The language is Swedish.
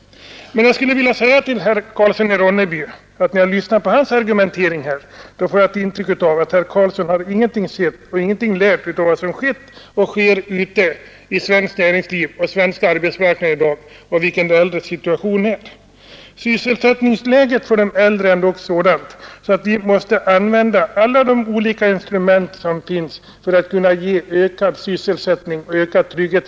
Men när jag lyssnar på herr Karlssons argumentering får jag ett intryck av att han har ingenting sett och ingenting lärt av vad som skett och sker ute i svenskt näringsliv och på den svenska arbetsmarknaden i dag när det gäller de äldres situation. Sysselsättningsläget för de äldre är dock sådant att vi måste använda alla de olika instrument som kan finnas för att kunna ge dem ökad sysselsättning och förbättrad trygghet.